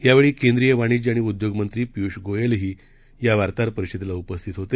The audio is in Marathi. यावेळी केंद्रीय वाणिज्य आणि उद्योग मंत्री पियूष गोयलही या वार्ताहर परिषदेला उपस्थित होते